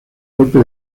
golpe